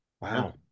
Wow